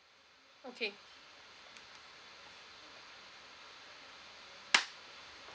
okay